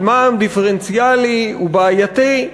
שמע"מ דיפרנציאלי הוא בעייתי,